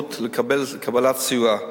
לזכאות לקבלת סיוע,